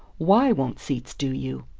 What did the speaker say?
why won't seats do you?